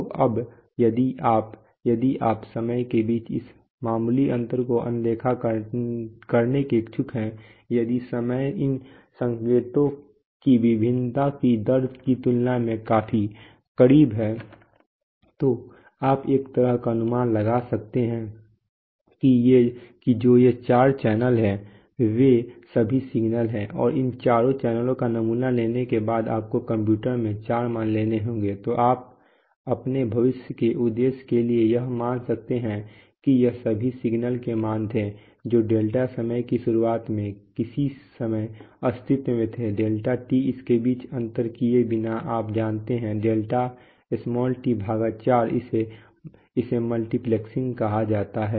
तो अब यदि आप यदि आप समय के बीच इस मामूली अंतर को अनदेखा करने के इच्छुक हैं यदि समय इन संकेतों की भिन्नता की दर की तुलना में काफी करीब है तो आप एक तरह का अनुमान लगा सकते हैं कि जो ये चार चैनल हैं वे सभी सिग्नल हैं और इन चार चैनलों का नमूना लेने के बाद आपको कंप्यूटर में चार मान मिलेंगे तो आप अपने भविष्य के उद्देश्य के लिए यह मान सकते हैं कि ये सभी सिग्नल के मान थे जो डेल्टा समय की शुरुआत में किसी समय अस्तित्व में थे डेल्टा T इसके बीच अंतर किए बिना आप जानते हैं डेल्टा t भाग 4 इसे मल्टीप्लेक्सिंग कहा जाता है